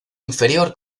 inferior